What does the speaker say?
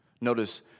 Notice